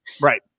Right